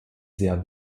sehr